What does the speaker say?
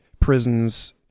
prisons